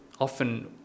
often